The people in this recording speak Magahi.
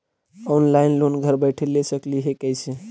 ऑनलाइन लोन घर बैठे ले सकली हे, कैसे?